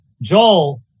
Joel